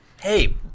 hey